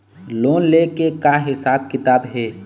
Loan ले के का हिसाब किताब हे?